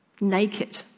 naked